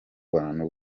bantu